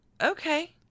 okay